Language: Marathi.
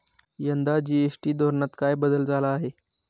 यंदा जी.एस.टी धोरणात काय बदल झाला आहे?